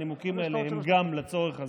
הנימוקים הם גם לצורך הזה.